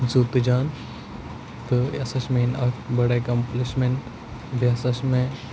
زُو تہٕ جان تہٕ یہِ ہَسا چھِ میٛٲنۍ اَکھ بٔڑ اٮ۪کامپلِشمٮ۪نٛٹ بیٚیہِ ہَسا چھِ مےٚ